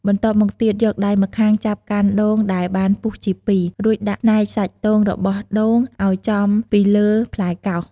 បន្ទាប់មកទៀតយកដៃម្ខាងចាប់កាន់ដូងដែលបានពុះជាពីរ រួចដាក់ផ្នែកសាច់ដូងរបស់ដូងឱ្យចំពីលើផ្លែកោស។